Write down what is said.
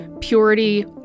purity